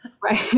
right